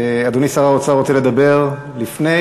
אדוני שר האוצר רוצה לדבר לפני?